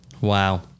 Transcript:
Wow